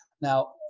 Now